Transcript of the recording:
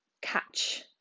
catch